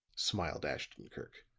smiled ashton-kirk.